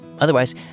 otherwise